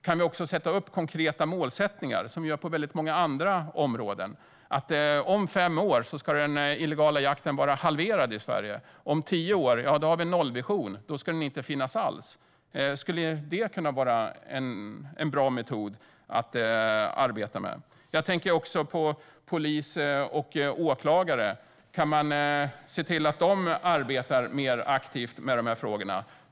Kan vi också sätta upp konkreta målsättningar som vi gör på väldigt många andra områden, till exempel att om fem år ska den illegala jakten i Sverige vara halverad och om tio år ska det vara nollvision och inte finnas någon illegal jakt alls? Skulle det kunna vara en bra metod att arbeta med? Jag tänker också på polis och åklagare. Kan man se till att de arbetar mer aktivt med de här frågorna?